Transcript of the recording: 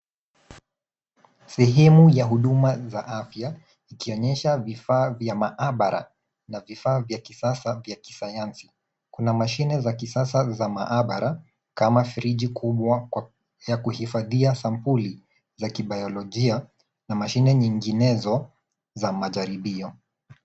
Sehemu ya huduma za afya ikionyesha vifaa vya maabara na vifaa vya kisaasa vya kisayansi. Kuna mashine za kisasa za maabara kama friji kubwa ya kuhifadhia sampuli za kibaiolojia na mashine nyinginezo za majaribio.